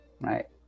Right